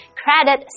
credit